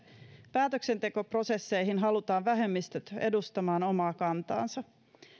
päätöksentekoprosesseihin halutaan vähemmistöt edustamaan omaa kantaansa